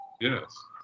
Yes